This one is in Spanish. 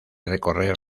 recorrer